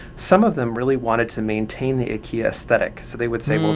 some of them really wanted to maintain the ikea aesthetic, so they would say, well,